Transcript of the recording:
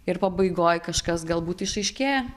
ir pabaigoj kažkas galbūt išaiškėja